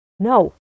No